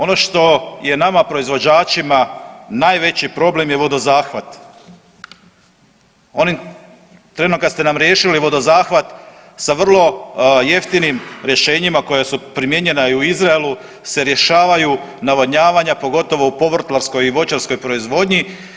Ono što je nama proizvođačima najveći problem je vodozahvat, onog trena kad ste nam riješili vodozahvat sa vrlo jeftinim rješenjima koja su primijenjena i u Izraelu se rješavaju navodnjavanja, pogotovo u povrtlarskoj i voćarskoj proizvodnji.